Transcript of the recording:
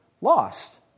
lost